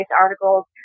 articles